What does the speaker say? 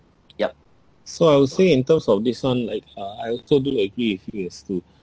yup so I would say in terms of this [one] like uh I also do agree with you